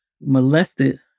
molested